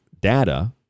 data